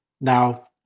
Now